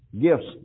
gifts